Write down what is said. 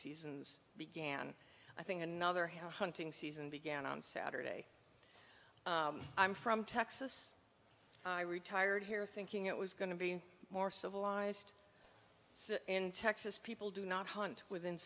seasons began i think another house hunting season began on saturday i'm from texas i retired here thinking it was going to be more civilized in texas people do not hunt within